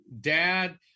dad